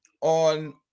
on